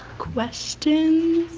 questions?